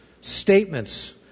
statements